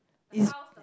is